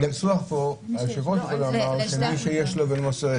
היושב-ראש אמר שמי שיש לו ומוסר.